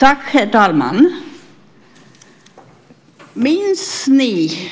Herr talman! Minns ni